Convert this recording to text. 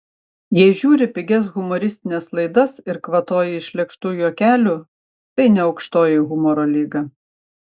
jei žiūri pigias humoristines laidas ir kvatoji iš lėkštų juokelių tai ne aukštoji humoro lyga